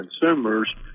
consumers